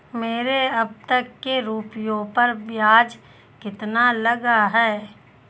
मेरे अब तक के रुपयों पर ब्याज कितना लगा है?